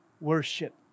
worship